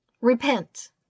repent